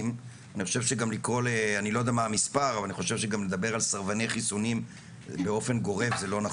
אני לא יודע, אני חושב שצריך לדון בזה ולא דנו בזה